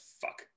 fuck